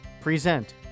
present